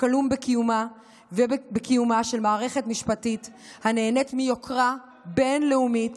הגלום בקיומה של מערכת משפטית הנהנית מיוקרה בין-לאומית